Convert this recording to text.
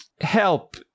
help